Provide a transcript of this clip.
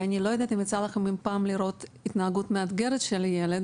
אני לא יודעת אם יצא לכם אי פעם לראות התנהגות מאתגרת של ילד,